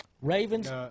Ravens